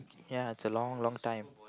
ya it's a long long time